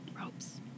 Ropes